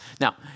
Now